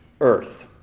earth